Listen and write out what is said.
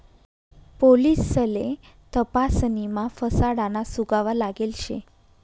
पोलिससले तपासणीमा फसाडाना सुगावा लागेल शे